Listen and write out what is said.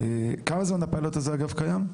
כמה זמן הפיילוט הזה, אגב, קיים?